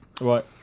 Right